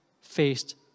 faced